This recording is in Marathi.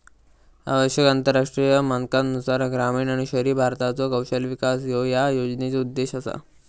आवश्यक आंतरराष्ट्रीय मानकांनुसार ग्रामीण आणि शहरी भारताचो कौशल्य विकास ह्यो या योजनेचो उद्देश असा